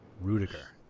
Rudiger